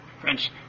French